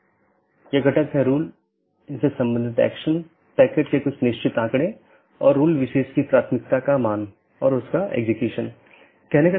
इसलिए open message दो BGP साथियों के बीच एक सेशन खोलने के लिए है दूसरा अपडेट है BGP साथियों के बीच राउटिंग जानकारी को सही अपडेट करना